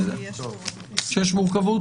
יש מורכבות?